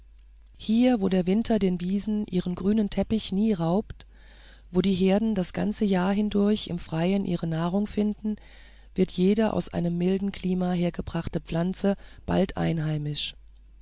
hier wo der winter den wiesen ihren grünen teppich nie raubt wo die herden das ganze jahr hindurch im freien ihre nahrung finden wird jede aus einem milden klima hergebrachte pflanze bald einheimisch